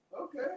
Okay